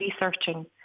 researching